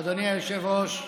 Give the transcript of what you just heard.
אדוני היושב-ראש.